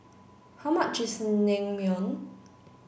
how much is Naengmyeon